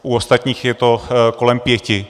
U ostatních je to kolem pěti.